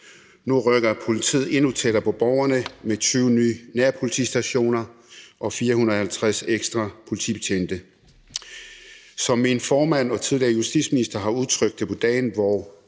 Nu rykker politiet endnu tættere på borgerne med 20 nye nærpolitistationer og 450 ekstra politibetjente. Som min formand og tidligere justitsminister har udtrykt det på dagen, hvor